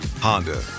Honda